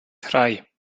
drei